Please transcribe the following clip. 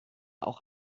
auch